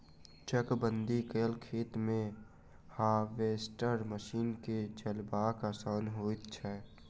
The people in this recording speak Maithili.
चकबंदी कयल खेत मे हार्वेस्टर मशीन के चलायब आसान होइत छै